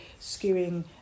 skewing